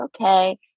okay